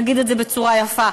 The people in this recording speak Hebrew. נגיד את זה בצורה יפה,